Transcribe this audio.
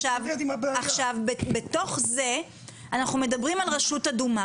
עכשיו בתוך זה אנחנו מדברים על רשות אדומה.